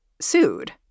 sued